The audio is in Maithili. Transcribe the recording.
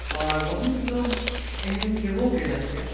आओर बहुत लोक एहन केबो केलक यऽ